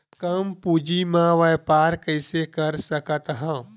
कम पूंजी म व्यापार कइसे कर सकत हव?